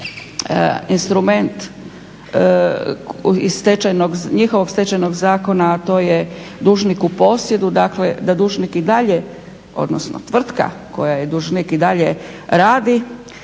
američki instrument iz njihovog stečajnog zakona, a to je dužnik u posjedu. Dakle, da dužnik i dalje, odnosno tvrtka koja je dužnik, i dalje radi,